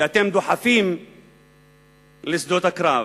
שאתם דוחפים לשדות הקרב.